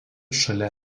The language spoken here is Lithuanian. šalia